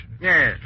Yes